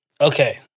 Okay